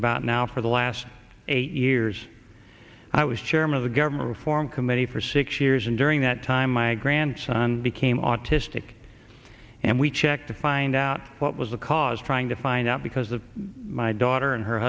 about now for the last eight years i was chairman of the government reform committee for six years and during that time my grandson became autistic and we checked to find out what was the cause trying to find out because of my daughter and her